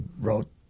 wrote